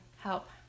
help